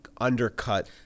undercut